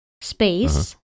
space